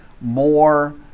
more